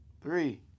Three